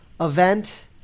event